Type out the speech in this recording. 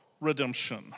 redemption